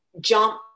jump